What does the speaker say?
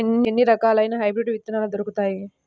ఎన్ని రకాలయిన హైబ్రిడ్ విత్తనాలు దొరుకుతాయి?